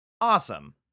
Awesome